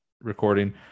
recording